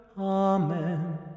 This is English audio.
Amen